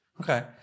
Okay